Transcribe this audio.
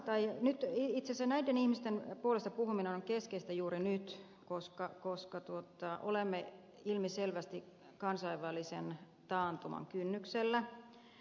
itse asiassa näiden ihmisten puolesta puhuminen on keskeistä juuri nyt koska olemme ilmiselvästi kansainvälisen taantuman kynnyksellä